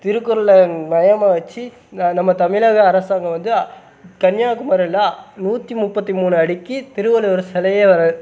திருக்குறளை மையமாக வச்சு நான் நம்ம தமிழக அரசாங்கம் வந்து கன்னியாகுமரியில் நூற்றி முப்பத்தி மூணு அடிக்கு திருவள்ளுவர் சிலையே அவரை